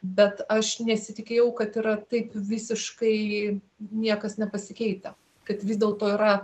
bet aš nesitikėjau kad yra taip visiškai niekas nepasikeitę kad vis dėlto yra